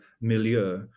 milieu